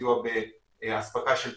סיוע באספקה של תרופות,